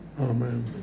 amen